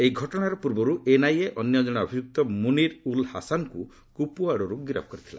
ଏହି ଘଟଣାର ପୂର୍ବରୁ ଏନ୍ଆଇଏ ଅନ୍ୟ କଣେ ଅଭିଯୁକ୍ତ ମୁନିର୍ ଉଲ୍ ହାସାନ୍ଙ୍କୁ କୁପ୍ୱାଡ଼ାରୁ ଗିରଫ କରିଥିଲା